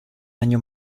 año